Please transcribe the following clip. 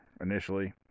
initially